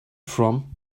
from